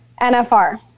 NFR